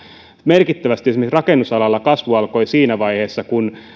merkittävästi esimerkiksi rakennusalalla kasvu alkoi siinä vaiheessa kun